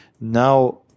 now